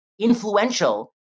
influential